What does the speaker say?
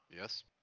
Yes